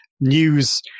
news